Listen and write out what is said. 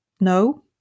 no